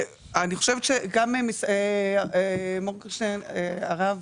דרך אגב, פעם אחר פעם